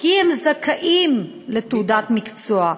כי הם זכאים לתעודת מקצוע,